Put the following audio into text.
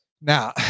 Now